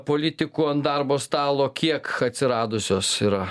politikų ant darbo stalo kiek atsiradusios yra